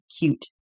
cute